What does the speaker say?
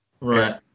right